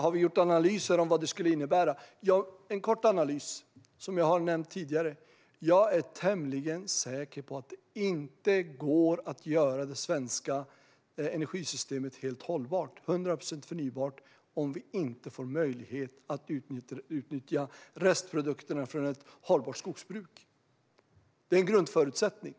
Har vi gjort analyser av vad det skulle innebära? Ja, en kort analys som jag har nämnt tidigare: Jag är tämligen säker på att det inte går att göra det svenska energisystemet helt hållbart och 100 procent förnybart om vi inte får möjlighet att utnyttja restprodukterna från ett hållbart skogsbruk. Det är en grundförutsättning.